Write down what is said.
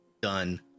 done